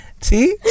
See